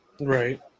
Right